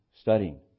studying